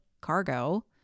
cargo